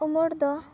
ᱩᱢᱟᱹᱨ ᱫᱚ